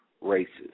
races